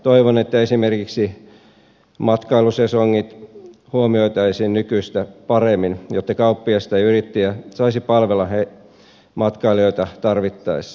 toivon että esimerkiksi matkailusesongit huomioitaisiin nykyistä paremmin jotta kauppias tai yrittäjä saisi palvella matkailijoita tarvittaessa